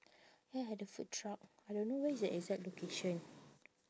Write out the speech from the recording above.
ya the food truck I don't know where is the exact location